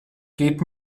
geht